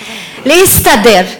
אי-אפשר להסתדר,